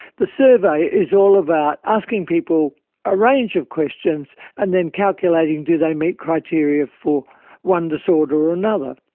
the survey is all about asking people a range of questions and then calculating do they meet criteria for one disorder or another.